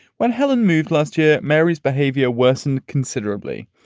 when helen moved last year, mary's behavior worsened considerably.